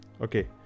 Okay